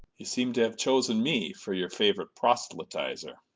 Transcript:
you seem to have chosen me for your favorite proselytizer.